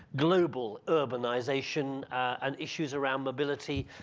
global urbanization and issues around mobility.